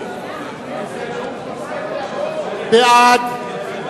שילוב מקבלי גמלאות בעבודה (הוראת שעה),